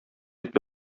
дип